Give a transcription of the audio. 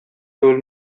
told